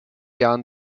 jahren